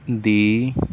ਦੀ